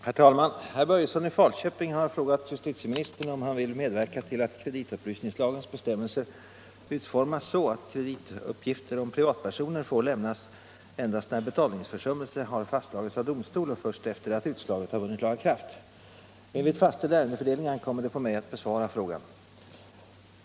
Herr talman! Herr Börjesson i Falköping har frågat justitieministern om han vill medverka till att kreditupplysningslagens bestämmelser utformas så, att kredituppgifter om privatpersoner får lämnas endast när betalningsförsummelse har fastslagits av domstol och först efter det att utslaget har vunnit laga kraft. Enligt fastställd ärendefördelning ankommer det på mig att besvara frågan.